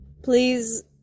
please